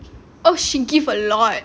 oh she give a lot